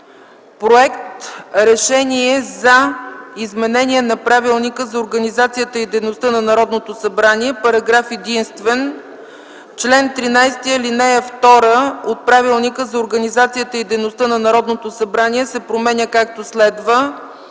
проект: „РЕШЕНИЕ за изменение на Правилника за организацията и дейността на Народното събрание Параграф единствен. Член 13, ал. 2 от Правилника за организацията и дейността на Народното събрание се променя както следва: